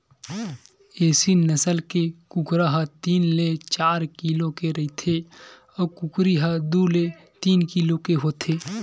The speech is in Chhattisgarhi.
एसील नसल के कुकरा ह तीन ले चार किलो के रहिथे अउ कुकरी ह दू ले तीन किलो होथे